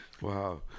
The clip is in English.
Wow